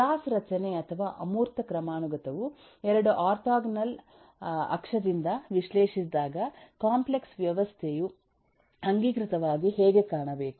class ರಚನೆ ಅಥವಾ ಅಮೂರ್ತ ಕ್ರಮಾನುಗತವು 2 ಆರ್ಥೋಗೋನಲ್ ಅಕ್ಷದಿಂದ ವಿಶ್ಲೇಷಿಸಿದಾಗ ಕಾಂಪ್ಲೆಕ್ಸ್ ವ್ಯವಸ್ಥೆಯು ಅಂಗೀಕೃತವಾಗಿ ಹೇಗೆ ಕಾಣಬೇಕು